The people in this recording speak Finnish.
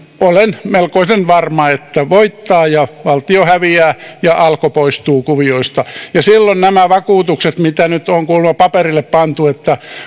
olen melkoisen varma että hän voittaa ja valtio häviää ja alko poistuu kuvioista silloin nämä vakuutukset mitä nyt on kuulemma paperille pantu että